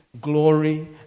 glory